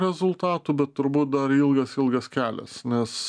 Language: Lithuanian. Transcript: rezultatų bet turbūt dar ilgas ilgas kelias nes